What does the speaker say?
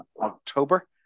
october